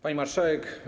Pani Marszałek!